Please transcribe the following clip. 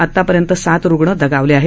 आतापर्यंत सात रुग्ण दगावले आहेत